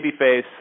babyface